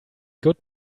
good